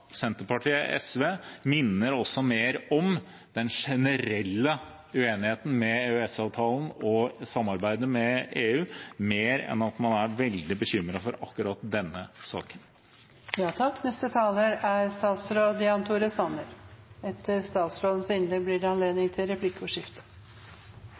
Senterpartiet og SV, minner også mer om den generelle uenigheten om EØS-avtalen og samarbeidet med EU – mer enn at man er veldig bekymret for akkurat denne saken.